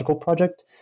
project